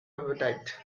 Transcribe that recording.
appetite